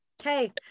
Okay